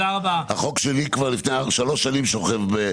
החוק שלי כבר לפני שלוש שנים יושב.